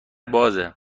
بازه